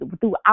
throughout